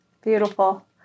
Beautiful